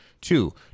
Two